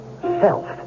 self